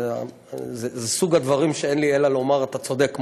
זה מסוג הדברים שאין לי אלא לומר אתה צודק.